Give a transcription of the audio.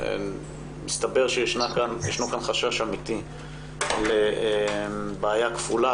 ומסתבר שישנו כאן חשש אמיתי לבעיה כפולה,